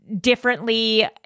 differently